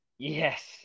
Yes